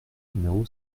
numéro